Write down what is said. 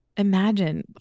Imagine